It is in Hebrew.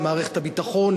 למערכת הביטחון,